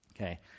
Okay